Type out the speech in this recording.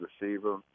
receiver